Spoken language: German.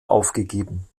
aufgegeben